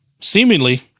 Seemingly